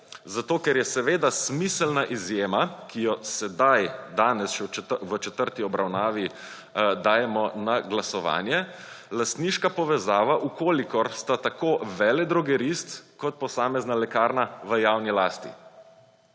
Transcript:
zato ker je seveda smiselna izjema, ki jo sedaj, danes, v četrti obravnavi dajemo na glasovanje lastniška povezava, v kolikor sta tako veledrogerist kot posamezna lekarna v javni lasti.